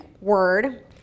word